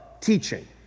teaching